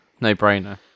No-brainer